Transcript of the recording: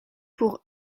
pour